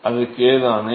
ஆது K தானே